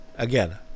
Again